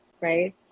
right